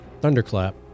Thunderclap